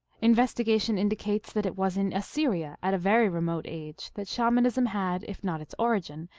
investigation indicates that it was in assyria, at a very remote age, that shamanism had, if not its origin,